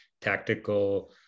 tactical